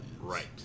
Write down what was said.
Right